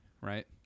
right